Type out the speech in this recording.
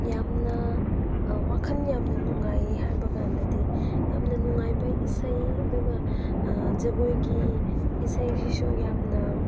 ꯌꯥꯝꯅ ꯋꯥꯈꯟ ꯌꯥꯝꯅ ꯅꯨꯡꯉꯥꯏꯌꯦ ꯍꯥꯏꯕꯀꯥꯟꯗꯗꯤ ꯌꯥꯝꯅ ꯅꯨꯡꯉꯥꯏꯕ ꯏꯁꯩ ꯑꯗꯨꯒ ꯖꯒꯣꯏꯒꯤ ꯏꯁꯩꯁꯤꯁꯨ ꯌꯥꯝꯅ